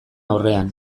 aurrean